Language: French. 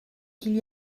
qu’il